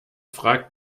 fragt